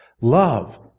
love